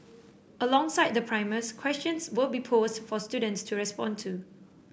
alongside the primers questions will be posed for students to respond to